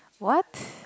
what